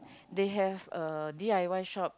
they have a d_i_y shop